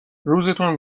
روزتون